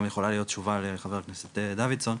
יכולה להיות תשובה לחבר הכנסת דוידסון,